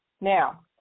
Now